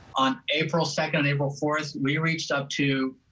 on april second, april fourth, we reached up to